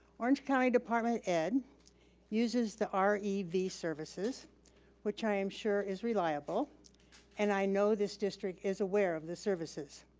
orange county department of ed uses the r e v services which i am sure is reliable and i know this district is aware of the services.